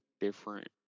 different